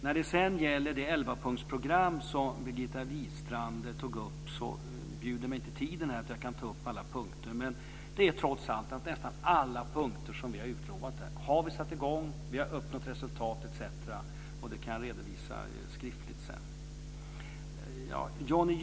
Tiden här räcker inte för att jag ska kunna ta upp alla punkter i det elvapunktsprogram som Birgitta Wistrand tog upp. Men trots allt har vi satt i gång med nästan alla punkter som vi har utlovat. Vi har uppnått resultat etc. Det kan jag redovisa skriftligt sedan.